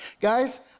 Guys